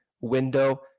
window